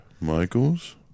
Michael's